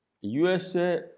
USA